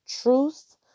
Truth